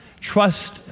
Trust